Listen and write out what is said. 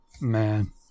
man